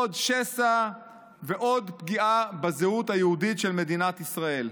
עוד שסע ועוד פגיעה בזהות היהודית של מדינת ישראל.